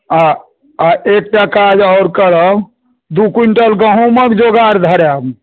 आ आ एकटा काज आओर करब दू क्विंटल गहुँमक जोगाड़ धरायब